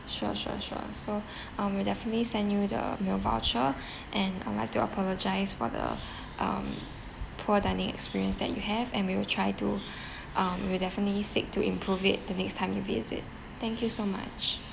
sure sure sure so um we definitely send you the meal voucher and I'd like to apologise for the um poor dining experience that you have and we will try to um we'll definitely seek to improve it the next time you visit thank you so much